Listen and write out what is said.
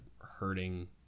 hurting